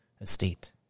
estate